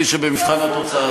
אפשרות.